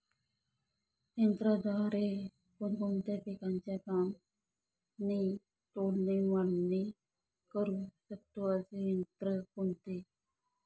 यंत्राद्वारे कोणकोणत्या पिकांची कापणी, तोडणी, मळणी करु शकतो, असे यंत्र कोणते?